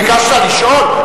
ביקשת לשאול?